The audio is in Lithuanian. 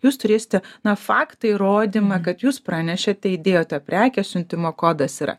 jūs turėsite na faktą įrodymą kad jūs pranešėte įdėjote prekę siuntimo kodas yra